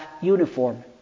uniform